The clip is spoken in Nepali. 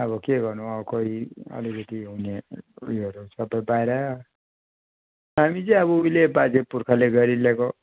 अब के गर्नु कोई अलिकति हुने उयोहरू सबै बाहिर हामी चाहिँ अब उहिले बाजे पुर्खाले गरिल्याएको